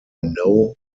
know